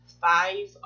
five